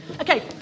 Okay